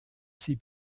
sie